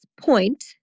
point